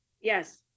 Yes